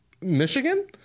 Michigan